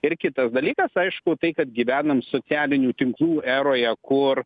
ir kitas dalykas aišku tai kad gyvenam socialinių tinklų eroje kur